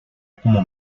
como